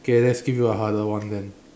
okay let's give you a harder one then